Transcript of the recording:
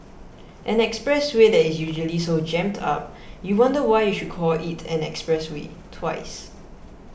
an expressway that is usually so jammed up you wonder why you should call it an expressway twice